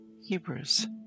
Hebrews